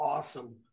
Awesome